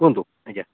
କୁହନ୍ତୁ ଆଜ୍ଞା